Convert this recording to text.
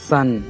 Sun